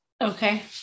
Okay